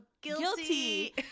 Guilty